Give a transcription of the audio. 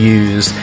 use